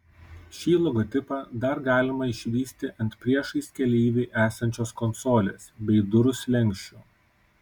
šį logotipą dar galima išvysti ant priešais keleivį esančios konsolės bei durų slenksčių